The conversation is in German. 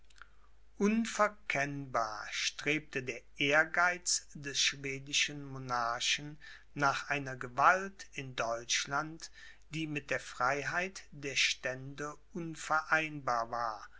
unverkennbar strebte der ehrgeiz des schwedischen monarchen nach einer gewalt in deutschland die mit der freiheit der stände unvereinbar war